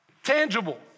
Tangible